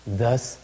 thus